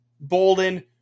Bolden